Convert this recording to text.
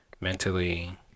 mentally